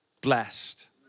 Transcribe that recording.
blessed